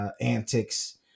antics